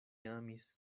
amis